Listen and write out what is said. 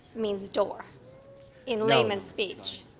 means door in laymen's speech?